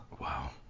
wow